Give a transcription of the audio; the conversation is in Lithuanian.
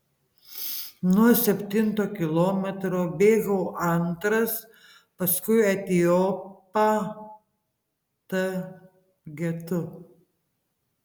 nuo septinto kilometro bėgau antras paskui etiopą t getu